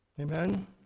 Amen